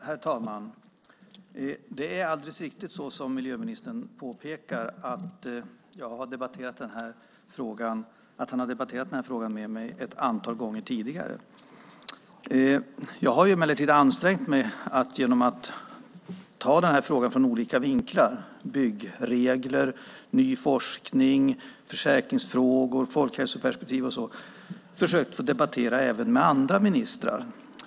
Herr talman! Det är alldeles riktigt så som miljöministern påpekar att han har debatterat den här frågan med mig ett antal gånger tidigare. Jag har emellertid ansträngt mig att genom att ta denna fråga från olika vinklar - till exempel byggregler, ny forskning, försäkringsfrågor och folkhälsoperspektiv - debattera även med andra ministrar.